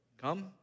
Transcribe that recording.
come